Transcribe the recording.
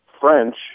French